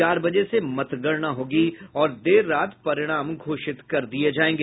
चार बजे से मतगणना होगी और देर रात परिणाम घोषित किया जायेगा